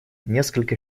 несколько